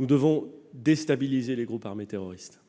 -, déstabiliser les groupes armés terroristes.